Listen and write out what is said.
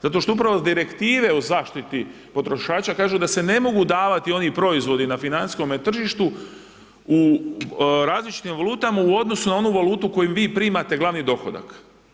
Zato što upravo direktive o zaštiti potrošača kažu da se ne mogu davati oni proizvodi na financijskome tržištu u različitim valutama u odnosu na onu valutu kojom vi primate glavni dohodak.